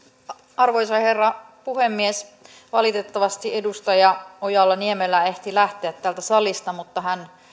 arvoisa herra puhemies valitettavasti edustaja ojala niemelä ehti lähteä täältä salista mutta hän